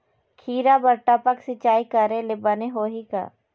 खिरा बर टपक सिचाई करे ले बने होही का?